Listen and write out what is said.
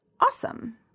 awesome